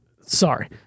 Sorry